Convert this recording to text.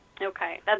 Okay